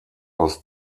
aus